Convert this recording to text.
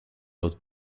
los